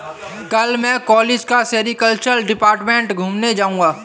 कल मैं कॉलेज का सेरीकल्चर डिपार्टमेंट घूमने जाऊंगा